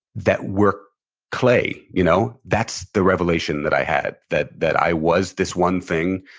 that we're clay. you know? that's the revelation that i had, that that i was this one thing,